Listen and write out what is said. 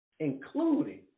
Including